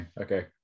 Okay